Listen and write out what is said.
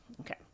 Okay